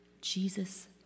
Jesus